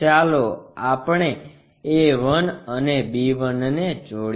ચાલો આપણે a 1 અને b 1 ને જોડીએ